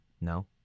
No